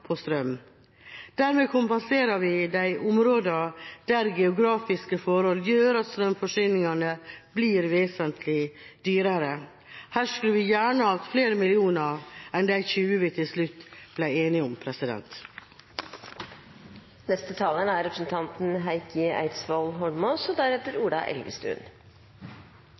på strøm. Dermed kompenserer vi de områder der geografiske forhold gjør at strømforsyninga blir vesentlig dyrere. Her skulle vi gjerne hatt flere millioner enn de 20 vi til slutt ble enige om.